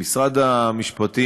עם משרד המשפטים,